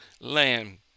land